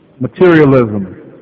materialism